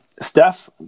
Steph